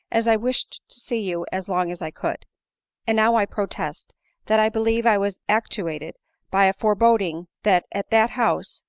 as i wished to see you as long as i could and now i protest that i believe i was actuated by a foreboding that at that house,